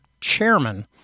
chairman